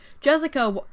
Jessica